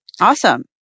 Awesome